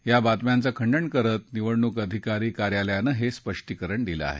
या बातम्यांचं खंडण करत निवडणूक अधिकारी कार्यालयानं हे स्पष्टीकरण दिल आहे